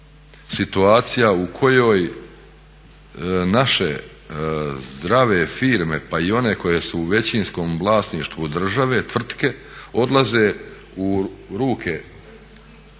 situacija u kojoj naše zdrave firme, pa i one koje su u većinskom vlasništvu države, tvrtke odlaze u ruke